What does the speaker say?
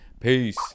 peace